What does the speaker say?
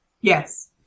Yes